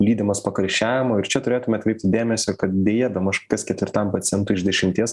lydimas pakarščiavimo ir čia turėtume atkreipti dėmesį kad deja bemaž kas ketvirtam pacientui iš dešimties